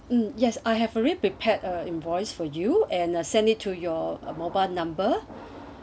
mm yes I have a reprepared a invoice for you and send it to your mobile number